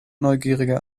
neugierige